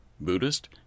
Buddhist